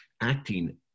acting